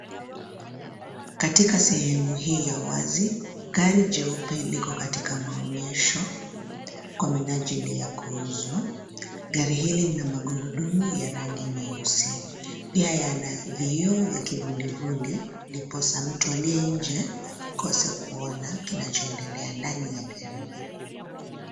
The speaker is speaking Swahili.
Katika sehemu hii ya wazi gari jeupe liko katika maonyesho kwa minajili ya kuuzwa. Gari hili lina magurudumu ya rangi nyeusi. Pia yana vioo vya kivulivuli, ndiposa mtu aliye nje akose kuona kinachoendelea ndani ya gari hili.